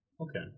Okay